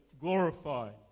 glorified